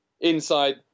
inside